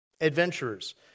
adventurers